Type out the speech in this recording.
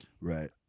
Right